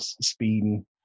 speeding